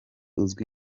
uzwi